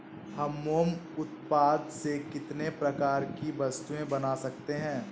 हम मोम उत्पाद से कितने प्रकार की वस्तुएं बना सकते हैं?